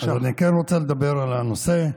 אני כן רוצה לדבר על הנושא.